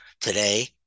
today